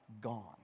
gone